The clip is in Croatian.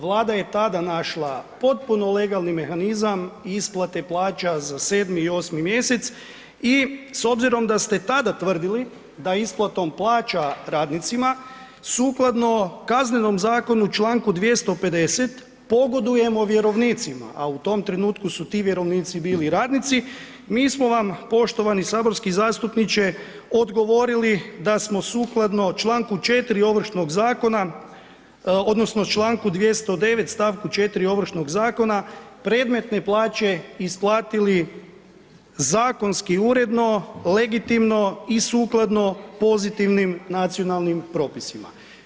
Vlada je tada našla potpuno legalni mehanizam isplate plaća za 7. i 8. mjesec i s obzirom da ste tada tvrdili da isplatom plaća radnicima sukladno Kaznenom zakonu Članku 250. pogodujemo vjerovnicima, a u tom trenutku su ti vjerovnici bili radnici, mi smo vam poštovani saborski zastupniče odgovorili da smo sukladno Članku 4. Ovršnog zakona odnosno čl. 209. st. 4 Ovršnog zakona, predmetne plaće isplatili zakonski uredno, legitimno i sukladno pozitivnim nacionalnim propisima.